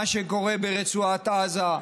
מה שקורה ברצועת עזה,